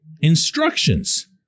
instructions